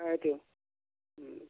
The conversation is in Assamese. হয়টো